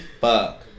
fuck